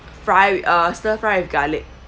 fry uh stir fry with garlic